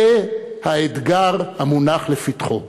זה האתגר המונח לפתחו.